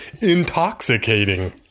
intoxicating